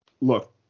Look